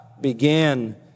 began